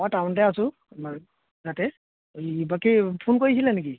অঁ টাউনতে আছোঁ আমাৰ যাতে ই বাকী ফোন কৰিছিলে নেকি